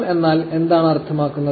JSON എന്നാൽ എന്താണ് അർത്ഥമാക്കുന്നത്